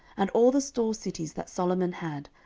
and all the store cities that solomon had,